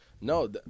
No